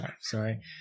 sorry